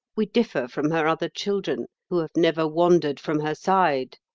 we differ from her other children, who have never wandered from her side.